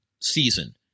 Season